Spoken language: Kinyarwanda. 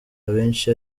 abenshi